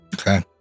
okay